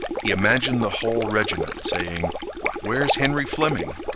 he imagined the whole regiment saying where's henry fleming?